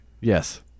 Yes